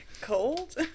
cold